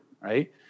right